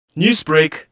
Newsbreak